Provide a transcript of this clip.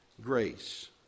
grace